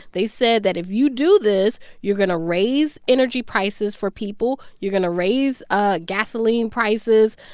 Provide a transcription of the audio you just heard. they said that if you do this, you're going to raise energy prices for people. you're going to raise ah gasoline prices.